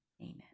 amen